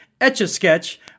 etch-a-sketch